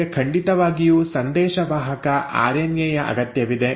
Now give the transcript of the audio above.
ನಿಮಗೆ ಖಂಡಿತವಾಗಿಯೂ ಸಂದೇಶವಾಹಕ ಆರ್ಎನ್ಎ ಯ ಅಗತ್ಯವಿದೆ